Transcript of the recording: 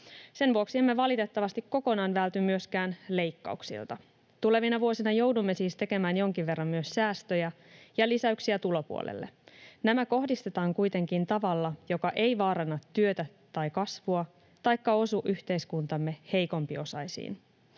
Sen vuoksi emme valitettavasti kokonaan välty myöskään leikkauksilta. Tulevina vuosina joudumme siis tekemään jonkin verran myös säästöjä ja lisäyksiä tulopuolelle. Nämä kohdistetaan kuitenkin tavalla, joka ei vaaranna työtä tai kasvua taikka osu yhteiskuntamme heikompiosaisiin.